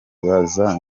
ukibaza